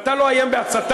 ואתה לא תאיים בהצתה,